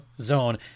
zone